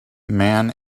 man